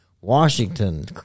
Washington